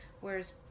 whereas